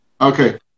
Okay